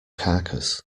carcass